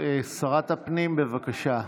שרת הפנים, בבקשה.